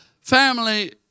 Family